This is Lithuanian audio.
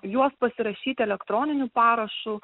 juos pasirašyti elektroniniu parašu